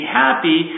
happy